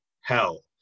hell